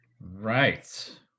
Right